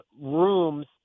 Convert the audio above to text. rooms